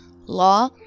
law